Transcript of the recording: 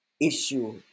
issue